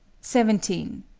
seventeen.